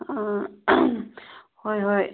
ꯑꯥ ꯍꯣꯏ ꯍꯣꯏ